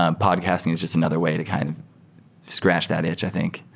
ah podcasting is just another way to kind of scratch that itch, i think.